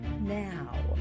now